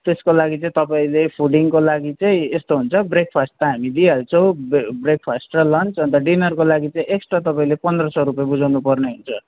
त्यसको लागि चाहिँ तपाईँले फुडिङको लागि चाहिँ यस्तो हुन्छ ब्रेकफास्ट त हामी दिइहाल्छौँ बे ब्रेकफास्ट र लन्च अनि त डिनरको लागि चाहिँ एक्स्ट्रा तपाईँले पन्ध्र सय रुपियाँ बुझाउनुपर्ने हुन्च